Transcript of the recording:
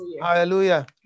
Hallelujah